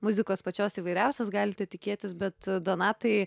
muzikos pačios įvairiausios galite tikėtis bet donatai